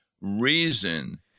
Reason